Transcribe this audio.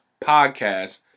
podcast